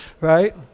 right